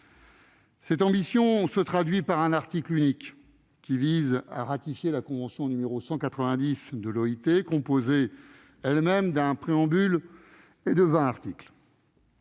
Cette ambition se traduit par un article unique, qui vise à ratifier la convention n° 190 de l'OIT, elle-même composée d'un préambule et de vingt articles.